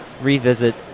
revisit